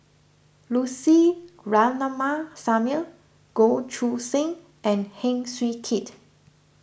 Lucy Ratnammah Samuel Goh Choo San and Heng Swee Keat